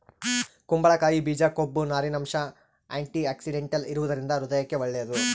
ಕುಂಬಳಕಾಯಿ ಬೀಜ ಕೊಬ್ಬು, ನಾರಿನಂಶ, ಆಂಟಿಆಕ್ಸಿಡೆಂಟಲ್ ಇರುವದರಿಂದ ಹೃದಯಕ್ಕೆ ಒಳ್ಳೇದು